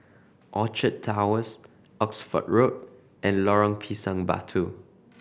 Orchard Towers Oxford Road and Lorong Pisang Batu